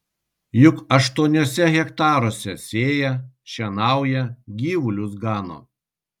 juk aštuoniuose hektaruose sėja šienauja gyvulius gano